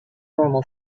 normal